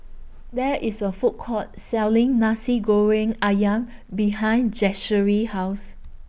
There IS A Food Court Selling Nasi Goreng Ayam behind Zachary's House